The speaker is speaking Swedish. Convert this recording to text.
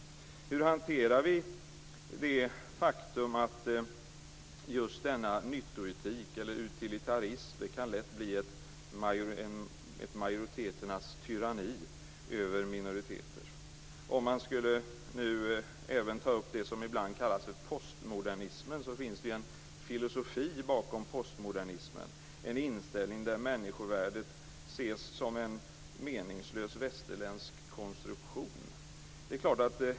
Hur hanterar vi det faktum att just denna nyttoetik eller utilitarism, lätt kan bli ett majoriteternas tyranni över minoriteter? Jag kan även ta upp det som ibland kallas postmodernismen. Det finns en filosofi bakom postmodernismen, en inställning där människovärdet ses som en meningslös västerländsk konstruktion.